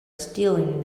stealing